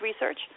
research